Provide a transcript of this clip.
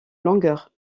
longueur